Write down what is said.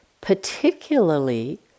particularly